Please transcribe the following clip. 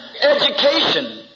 education